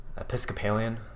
Episcopalian